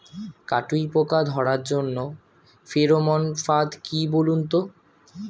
কাটুই পোকা ধরার জন্য ফেরোমন ফাদ কি বলুন তো?